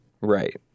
Right